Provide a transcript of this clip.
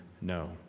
no